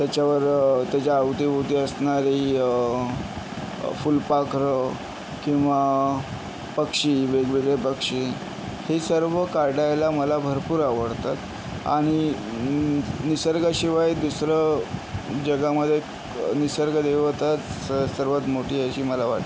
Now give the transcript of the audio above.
त्याच्यावर त्याच्या अवतीभवती असणारी फुलपाखरंं किंवा पक्षी वेगवेगळे पक्षी हे सर्व काढायला मला भरपूर आवडतात आणि नि निसर्गाशिवाय दुसरंं जगामध्ये निसर्ग देवताच स सर्वात मोठी आहे अशी मला वाटते